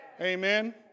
Amen